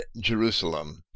Jerusalem